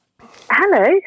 Hello